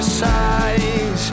size